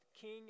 king